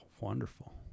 wonderful